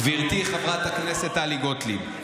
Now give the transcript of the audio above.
גברתי חברת הכנסת טלי גוטליב,